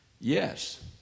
Yes